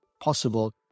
possible